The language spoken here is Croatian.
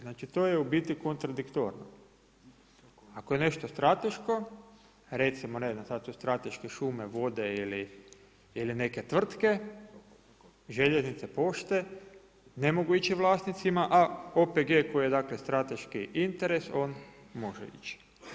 Znači to je u biti kontradiktorno, ako je nešto strateško recimo ne znam sad su strateške šume, vode ili neke tvrtke, željeznice, pošte, ne mogu ići vlasnicima, a OPG koji je dakle strateški interes on može ići.